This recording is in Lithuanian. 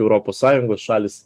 europos sąjungos šalys